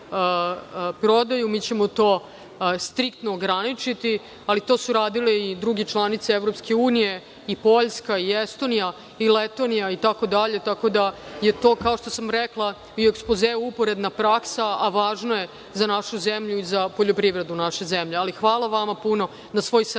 mi ćemo to striktno ograničiti, ali to su radile i druge članice EU i Poljska i Estonija i Letonija itd, tako da je to, kao što sam rekla i u ekspozeu uporedna praksa, a važno je za našu zemlju, za poljoprivredu naše zemlje. Hvala vama puno na svoj saradnji